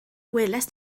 welaist